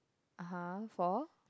(uh huh) for